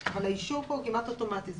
האישור כאן הוא כמעט אוטומטי.